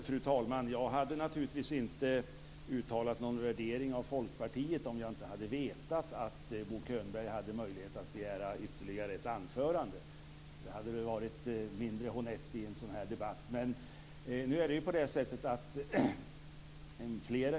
Fru talman! Jag hade naturligtvis inte uttalat någon värdering av Folkpartiet om jag inte hade vetat att Bo Könberg hade möjlighet att begära ytterligare ett anförande. Det hade varit mindre honett i en sådan här debatt.